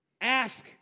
Ask